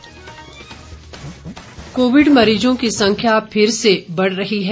Covid संदेश Covid मरीजों की संख्या फिर से बढ़ रही है